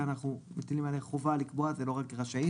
כאן אנחנו מטילים עליה חובה לקבוע ולא רק רשות,